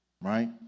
Right